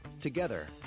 Together